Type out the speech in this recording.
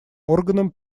органом